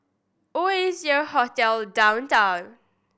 Oasia Hotel Downtown